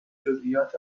جزئیات